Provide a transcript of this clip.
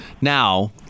Now